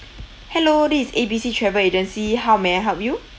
hello this is A B C travel agency how may I help you